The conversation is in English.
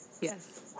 Yes